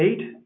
eight